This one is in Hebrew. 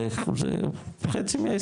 זה חצי מההסכם.